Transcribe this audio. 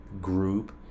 group